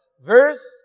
verse